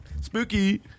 Spooky